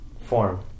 form